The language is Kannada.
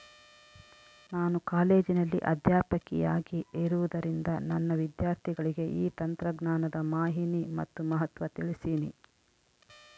ನಾನು ಕಾಲೇಜಿನಲ್ಲಿ ಅಧ್ಯಾಪಕಿಯಾಗಿರುವುದರಿಂದ ನನ್ನ ವಿದ್ಯಾರ್ಥಿಗಳಿಗೆ ಈ ತಂತ್ರಜ್ಞಾನದ ಮಾಹಿನಿ ಮತ್ತು ಮಹತ್ವ ತಿಳ್ಸೀನಿ